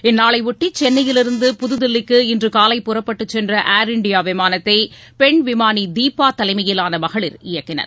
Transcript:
இந்நாளைபொட்டி சென்னையிலிருந்து புதுதில்லிக்கு இன்று காலை புறப்பட்டு சென்ற ஏர் இண்டியா விமானத்தை பெண் விமாளி தீபா தலைமையிலான மகளிர் இயக்கினர்